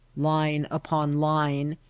line upon line,